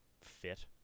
fit